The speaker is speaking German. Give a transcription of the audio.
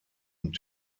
und